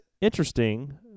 interesting